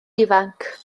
ifanc